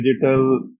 digital